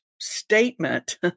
statement